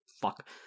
Fuck